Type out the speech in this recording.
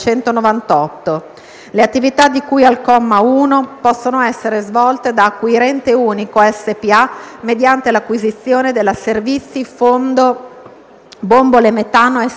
Le attività di cui al comma 1 possono essere svolte da Acquirente Unico S.p.A. mediante l'acquisizione della Servizi Fondo Bombole Metano S.p.A.